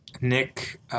Nick –